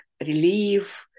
relief